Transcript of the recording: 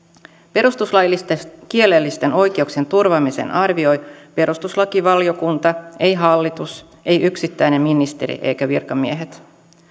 perustuslaillisten kielellisten oikeuksien turvaamisen arvioi perustuslakivaliokunta ei hallitus ei yksittäinen ministeri eikä virkamiehet